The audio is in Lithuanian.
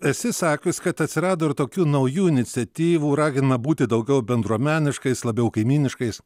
esi sakius kad atsirado ir tokių naujų iniciatyvų ragina būti daugiau bendruomeniškais labiau kaimyniškais